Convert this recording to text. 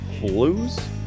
Blues